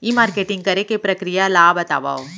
ई marketing करे के प्रक्रिया ला बतावव?